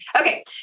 Okay